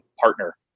partner